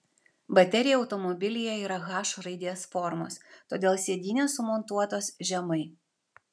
baterija automobilyje yra h raidės formos todėl sėdynės sumontuotos žemai